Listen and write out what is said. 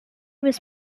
was